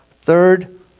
third